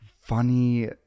funny